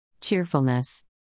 Cheerfulness